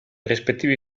rispettivi